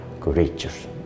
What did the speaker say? courageous